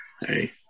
hey